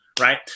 Right